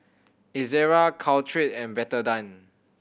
Ezerra Caltrate and Betadine